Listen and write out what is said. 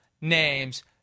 names